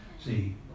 See